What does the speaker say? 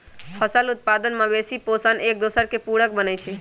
फसल उत्पादन, मवेशि पोशण, एकदोसर के पुरक बनै छइ